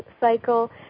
cycle